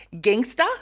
gangster